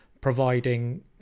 providing